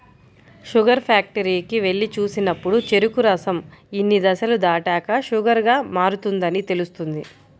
sugar ఫ్యాక్టరీకి వెళ్లి చూసినప్పుడు చెరుకు రసం ఇన్ని దశలు దాటాక షుగర్ గా మారుతుందని తెలుస్తుంది